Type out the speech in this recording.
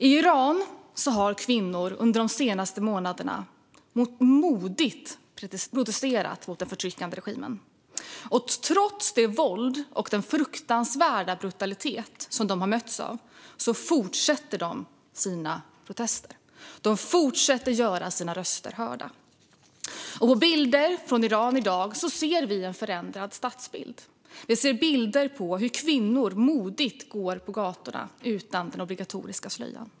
I Iran har kvinnor under de senaste månaderna modigt protesterat mot den förtryckande regimen. Trots det våld och den fruktansvärda brutalitet som de har mötts av fortsätter de med sina protester och att göra sina röster hörda. På bilder från Iran ser vi i dag en förändrad stadsbild. Vi ser bilder på hur kvinnor modigt går på gatorna utan den obligatoriska slöjan.